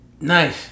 Nice